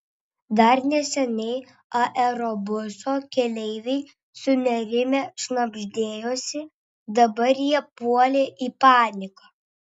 dar neseniai aerobuso keleiviai sunerimę šnabždėjosi dabar jie puolė į paniką